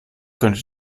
könnte